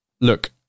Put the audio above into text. Look